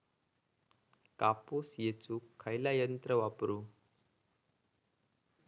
कापूस येचुक खयला यंत्र वापरू?